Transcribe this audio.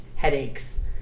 headaches